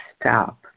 stop